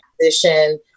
transition